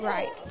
Right